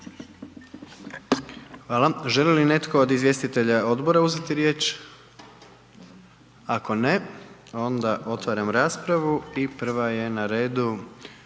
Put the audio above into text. Hvala. Želi li netko od izvjestitelja odbora uzeti riječ? Ako ne, onda otvaram raspravu i prva je na redu